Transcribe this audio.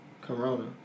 Corona